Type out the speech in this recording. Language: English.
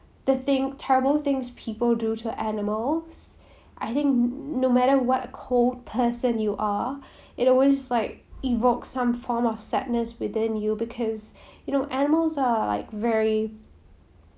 the thing terrible things people do to animals I think no matter what a cold person you are it always like evokes some form of sadness within you because you know animals are like very